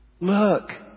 Look